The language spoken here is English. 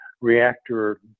reactor